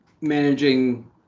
managing